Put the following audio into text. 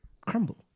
crumble